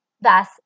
Thus